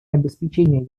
обеспечение